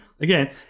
Again